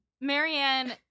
Marianne